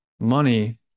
money